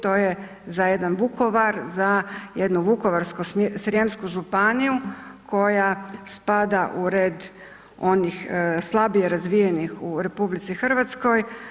To je za jedan Vukovar, za jednu Vukovarsko-srijemsku županiju koja spada u red onih slabije razvijenih u Republici Hrvatskoj.